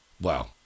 wow